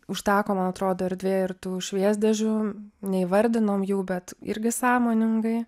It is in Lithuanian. užteko man atrodo erdvėj ir tų šviesdėžių neįvardinom jų bet irgi sąmoningai